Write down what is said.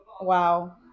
wow